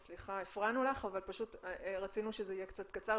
אז סליחה, הפרענו לך אבל רצינו שזה יהיה קצר יותר.